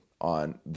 on